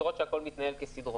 שהפרויקט מתנהל כסדרו.